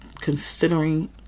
considering